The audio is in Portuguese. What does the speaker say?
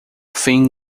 fim